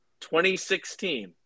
2016